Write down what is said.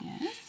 Yes